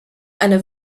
einer